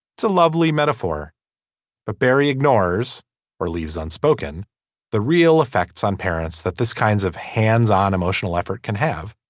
it's a lovely metaphor but barry ignores or leaves unspoken the real effects on parents that this kinds of hands on emotional effort can have.